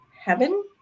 heaven